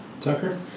Tucker